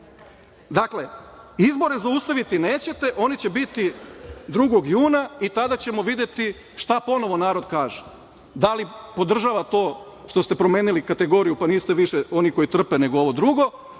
izbore zaustaviti nećete. Oni će biti 2. juna i tada ćemo videti šta ponovo narod kaže, da li podržava to što ste promenili kategoriju, pa niste više oni koji trpe, nego ovo drugo